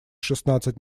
шестнадцать